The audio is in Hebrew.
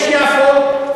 יש יפו,